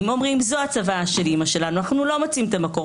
שאומרים: "זו הצוואה של אימא שלנו ואנחנו לא מוצאים את המקור.